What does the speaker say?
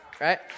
Right